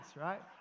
right